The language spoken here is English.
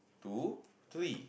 two three